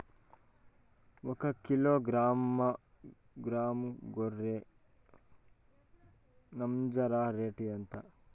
ఒకకిలో గ్రాము గొర్రె నంజర రేటు ఎంత?